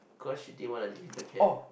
cause she didn't wanna leave the camp